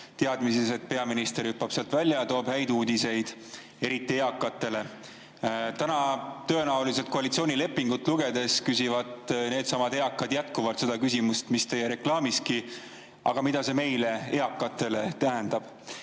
teadmises, et peaminister hüppab sealt välja ja toob häid uudiseid, eriti eakatele. Täna tõenäoliselt, koalitsioonilepingut lugedes, küsivad needsamad eakad jätkuvalt seda küsimust, mis teie reklaamiski: "Aga mida see meile, eakatele, tähendab?"